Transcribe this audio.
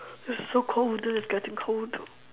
it's so cold this is getting cold